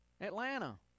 Atlanta